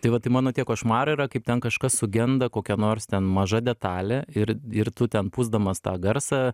tai va tai mano tie košmarai yra kaip ten kažkas sugenda kokia nors ten maža detalė ir ir tu ten pūsdamas tą garsą